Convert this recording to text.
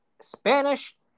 Spanish